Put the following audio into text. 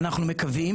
ואנחנו מקווים,